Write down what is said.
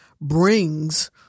brings